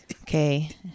Okay